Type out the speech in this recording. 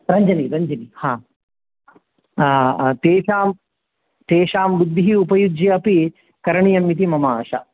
रञ्जनी रञ्जनी हा तेषां तेषां बुद्धिः उपयुज्य अपि करणीयमिति मम आशा